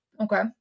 Okay